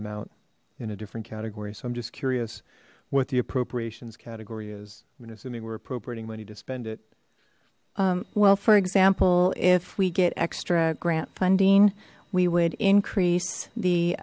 amount in a different category so i'm just curious what the appropriations category is i mean assuming we're appropriating money to spend it well for example if we get extra grant funding we would increase the